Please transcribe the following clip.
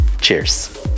cheers